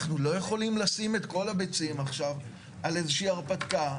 אנחנו לא יכולים לשים את כל הביצים עכשיו על איזושהי הרפתקה,